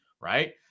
right